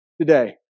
today